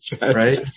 Right